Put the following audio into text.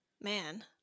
Man